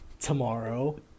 tomorrow